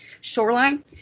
shoreline